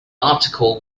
article